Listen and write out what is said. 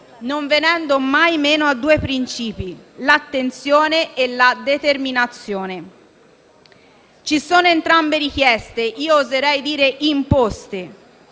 non venendo mai meno a due principi: l'attenzione e la determinazione. Ci sono entrambe richieste e oserei dire imposte,